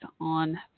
on